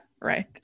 right